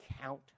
count